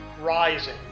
rising